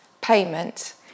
payment